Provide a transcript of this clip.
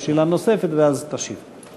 יש שאלה נוספת ואז תשיב.